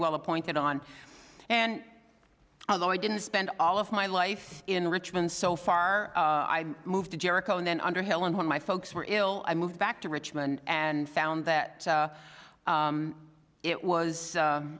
well appointed on and although i didn't spend all of my life in richmond so far i've moved to jericho and then underhill and when my folks were ill i moved back to richmond and found that it was